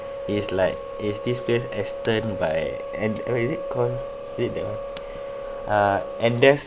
is like is this place astons by and or is it call is it that one uh and there's